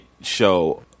show